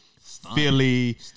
Philly